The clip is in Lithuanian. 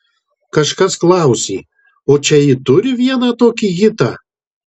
kažkas klausė o čia ji turi vieną tokį hitą